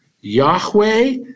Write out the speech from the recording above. Yahweh